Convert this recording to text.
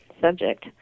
subject